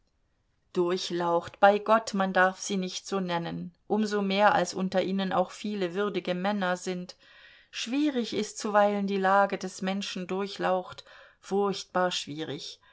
durchlaucht bei gott man darf sie so nicht nennen um so mehr als unter ihnen auch viele würdige männer sind schwierig ist zuweilen die lage des menschen durchlaucht furchtbar schwierig